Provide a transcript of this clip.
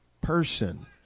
person